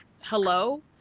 Hello